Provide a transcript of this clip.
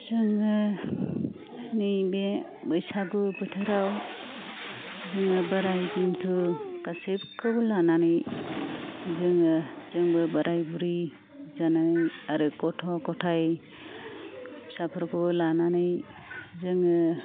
जोङो नैबे बैसागु बोथोराव जोङो बोराय बेन्थु गासैखौबो लानानै जोङो जोंबो बोराय बुरि जानाय आरो गथ' गथाय फिसाफोरखौबो लानानै जोङो